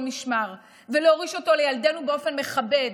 משמר ולהוריש אותו לילדינו באופן מכבד,